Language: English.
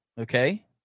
Okay